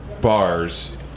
bars